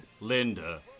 Linda